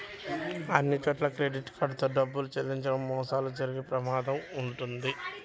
అన్నిచోట్లా credit card తో డబ్బులు చెల్లించడం మోసాలు జరిగే ప్రమాదం వుంటది